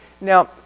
Now